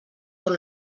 tot